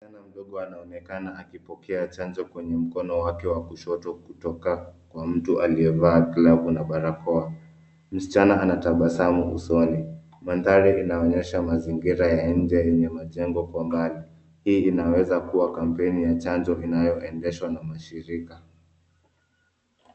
Msichana mdogo anaonekana akipokea chanjo kwenye mkono wake wa kushoto kutoka kwa mtu aliyevaa glavu na barakoa. Msichana ana tabasamu usoni. Mandhari inaonyesha mazingira ya nje yenye majengo kwa mbali. Hii inaweza kuwa kampeni ya chanjo inayoendeshwa na mashirika.